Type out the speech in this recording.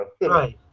Right